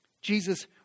Jesus